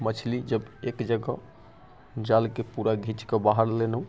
मछली जब एक जगह जालके पूरा घीञ्चके बाहर लेलहुँ